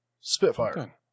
Spitfire